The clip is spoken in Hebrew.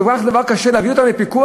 זה דבר כל כך קשה להביא אותם לפיקוח